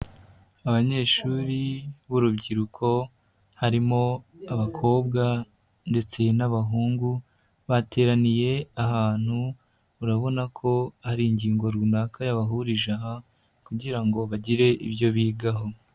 Abanyeshuri b'urubyiruko harimo abakobwa ndetse n'abahungu, bateraniye ahantu murabona ko hari ingingo runaka yabahurije aha, kugira ngo bagire ibyo bigaho.